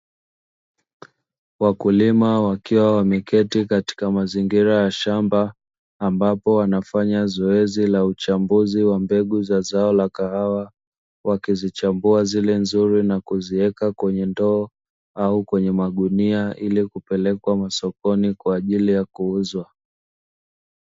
Wakulima wakiwa wameketi katika mazingira ya shamba ambapo wanafanya zoezi la uchambuzi wa mbegu za zao la kahawa, wakizichambua zile nzuri na kuziweka kwenye ndoo au kwenye magunia ili kupelekwa masokoni kwa ajili ya kuuzwa.